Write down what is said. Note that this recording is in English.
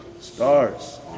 stars